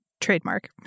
Trademark